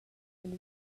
cun